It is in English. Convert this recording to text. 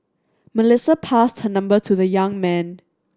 Melissa passed her number to the young man